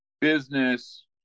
business